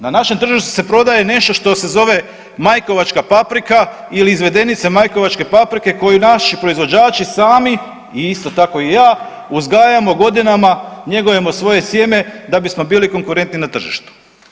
Na našem tržištu se prodaje nešto što se zove majkovačka paprika ili izvedenice majkrovačke paprike koju naši proizvođači sami i isto tako i ja uzgajamo godinama, njegujemo svoje sjeme da bismo bili konkurentni na tržištu.